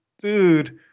dude